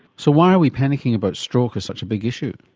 so why are we panicking about stroke as such a big issue?